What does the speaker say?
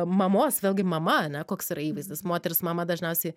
mamos vėlgi mama ane koks yra įvaizdis moteris mama dažniausiai